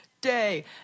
day